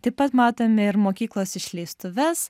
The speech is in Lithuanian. taip pat matome ir mokyklos išleistuves